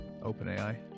OpenAI